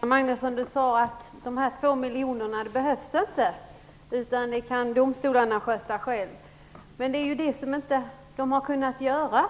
Fru talman! Göran Magnusson sade att dessa två miljoner inte behövs utan att domstolarna kan sköta det här själva. Men det har de ju inte kunnat göra.